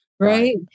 Right